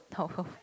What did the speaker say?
no